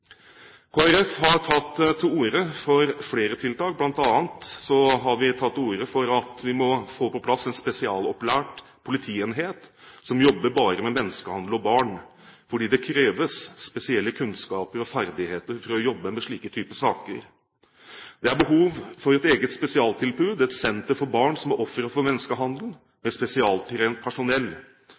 har tatt til orde for flere tiltak. Blant annet har vi tatt til orde for at vi må få på plass en spesialopplært politienhet som bare jobber med menneskehandel og barn, fordi det kreves spesielle kunnskaper og ferdigheter for å jobbe med slike typer saker. Det er behov for et eget spesialtilbud, et senter for barn som er ofre for menneskehandel, med spesialtrent personell.